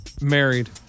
married